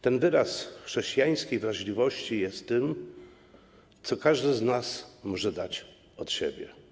Ten wyrach chrześcijańskiej wrażliwości jest tym, co każdy z nas może dać od siebie.